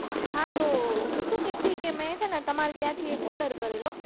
હા તો હું શું કહેતી કે મેં છેને તમારે ત્યાંથી એક ઓર્ડર કરેલો